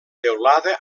teulada